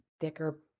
thicker